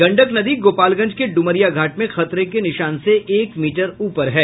गंडक नदी गोपालगंज के ड्रमरिया घाट में खतरे के निशान से एक मीटर ऊपर है